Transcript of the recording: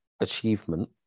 achievement